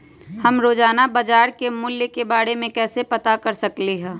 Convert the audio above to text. हम रोजाना बाजार के मूल्य के के बारे में कैसे पता कर सकली ह?